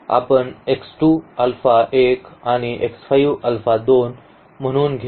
तर आपण x 2 alpha 1 आणि x 5 अल्फा 2 म्हणून घेऊ